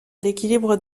l’équilibre